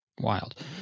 Wild